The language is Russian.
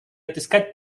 отыскать